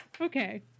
Okay